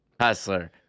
Hustler